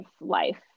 life